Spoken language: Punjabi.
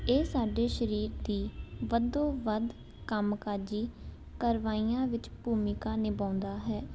ਇਹ ਸਾਡੇ ਸਰੀਰ ਦੀ ਵੱਧ ਤੋਂ ਵੱਧ ਕੰਮਕਾਜੀ ਕਾਰਵਾਈਆਂ ਵਿੱਚ ਭੂਮਿਕਾ ਨਿਭਾਉਂਦਾ ਹੈ